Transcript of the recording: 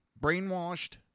brainwashed